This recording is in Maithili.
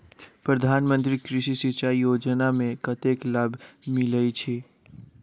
प्रधान मंत्री कृषि सिंचाई योजना मे कतेक लाभ मिलय छै?